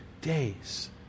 days